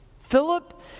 Philip